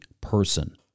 person